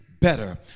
better